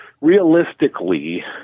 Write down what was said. realistically